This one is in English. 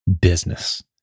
business